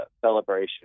celebration